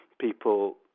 people